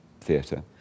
theatre